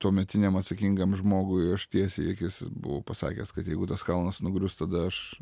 tuometiniam atsakingam žmogui aš tiesiai į akis buvau pasakęs kad jeigu tas kalnas nugrius tada aš